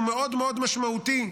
מאוד מאוד משמעותי,